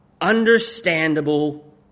understandable